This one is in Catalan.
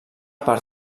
per